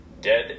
Dead